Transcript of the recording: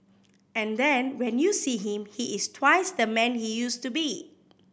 and then when you see him he is twice the man he used to be